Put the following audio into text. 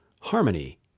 harmony